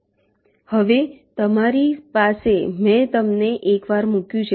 હવે તમારી પાસે મેં તેને એકવાર મૂક્યું છે